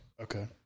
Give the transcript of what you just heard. Okay